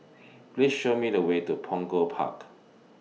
Please Show Me The Way to Punggol Park